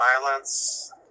violence